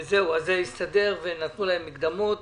אם כן, זה הסתדר והם קיבלו מקדמות.